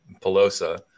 Pelosa